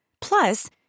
Plus